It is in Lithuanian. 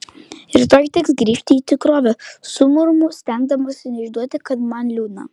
rytoj teks grįžti į tikrovę sumurmu stengdamasi neišsiduoti kad man liūdna